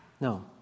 No